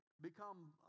become